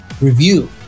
review